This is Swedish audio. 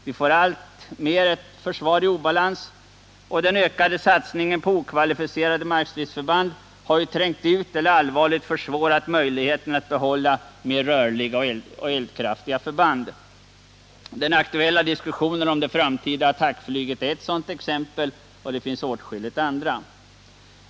Vi får alltmer ett försvar i obalans — den ökade satsningen på trögrörliga och dåligt utrustade markstridsförband har trängt ut eller allvarligt försvårat möjligheterna att behålla mer rörliga och eldkraftiga förband. Det framtida attackflyget som just nu diskuteras är ett exempel på det, och det finns flera.